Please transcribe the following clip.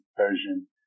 Version